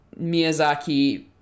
Miyazaki